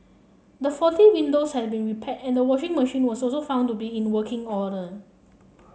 the faulty windows had been repaired and the washing machine was also found to be in working order